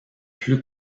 plus